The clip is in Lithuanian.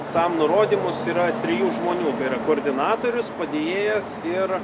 sam nurodymus yra trijų žmonių tai yra koordinatorius padėjėjas ir